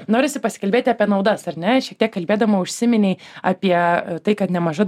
norisi pasikalbėti apie naudas ar ne šiek tiek kalbėdama užsiminei apie tai kad nemaža